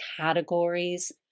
categories